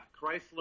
Chrysler